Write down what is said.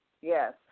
Yes